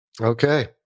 Okay